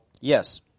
Yes